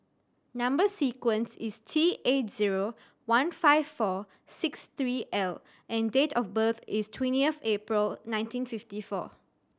number sequence is T eight zero one five four six three L and date of birth is twentieth April nineteen fifty four